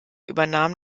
übernahm